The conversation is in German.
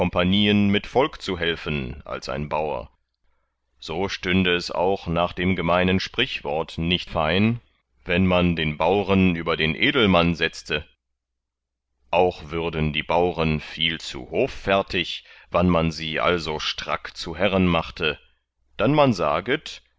mit volk zu helfen als ein baur so stünde es auch nach dem gemeinen sprichwort nicht sein wenn man den bauren über den edelmann setzte auch würden die bauren viel zu hoffärtig wann man sie also strack zu herren machte dann man saget